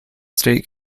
strait